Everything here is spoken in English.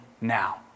now